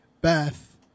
Beth